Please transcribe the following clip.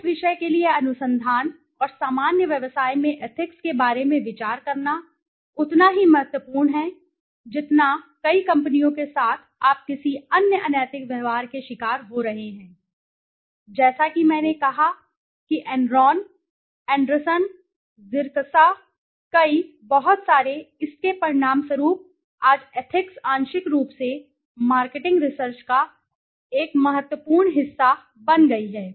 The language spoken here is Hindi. उस विषय के लिए अनुसंधान और सामान्य व्यवसाय में एथिक्सके बारे में विचार करना उतना ही महत्वपूर्ण है जितना मैंने कहा कई कंपनियों के साथ आप किसी अन्य अनैतिक व्यवहार के शिकार हो रहे हैं जैसा कि मैंने कहा कि एनरॉन एंडरसन ज़ीरक्सा कई बहुत सारे इसके परिणामस्वरूप आज एथिक्स आंशिक रूप से मार्केटिंग रिसर्च का एक महत्वपूर्ण हिस्सा बन गई है